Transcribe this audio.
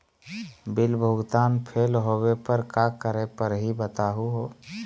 Bill भुगतान fail होवे पर का करै परही, बताहु हो?